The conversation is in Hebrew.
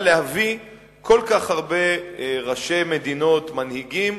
להביא כל כך הרבה ראשי מדינות ומנהיגים